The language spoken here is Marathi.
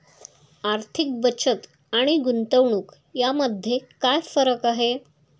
आर्थिक बचत आणि गुंतवणूक यामध्ये काय फरक आहे?